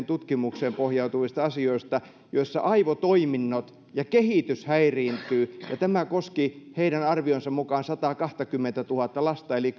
tutkimukseen pohjautuvista asioista joissa aivotoiminnot ja kehitys häiriintyvät ja tämä koski heidän arvionsa mukaan sataakahtakymmentätuhatta lasta eli